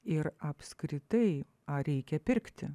ir apskritai ar reikia pirkti